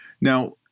Now